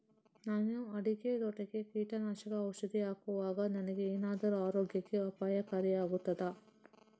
ನಾನು ಅಡಿಕೆ ತೋಟಕ್ಕೆ ಕೀಟನಾಶಕ ಔಷಧಿ ಹಾಕುವಾಗ ನನಗೆ ಏನಾದರೂ ಆರೋಗ್ಯಕ್ಕೆ ಅಪಾಯಕಾರಿ ಆಗುತ್ತದಾ?